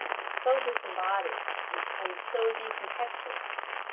so disembodied and so de-contextualized.